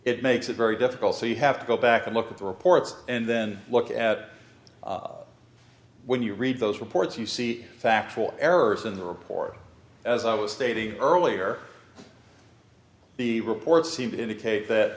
it makes it very difficult so you have to go back and look at the reports and then look at when you read those reports you see factual errors in the report as i was stating earlier the reports seem to indicate that